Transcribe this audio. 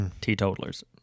Teetotalers